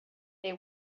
they